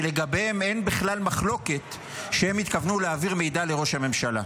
שלגביהם אין בכלל מחלוקת שהם התכוונו להעביר מידע לראש הממשלה.